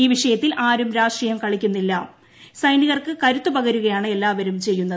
ഈ വിഷയത്തിൽ ആരും രാഷ്ട്രീയം കളിക്കുന്നില്ല സൈനികർക്ക് കരുത്തു പകരുകയാണ് എല്ലാവരും ചെയ്യുന്നത്